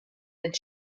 had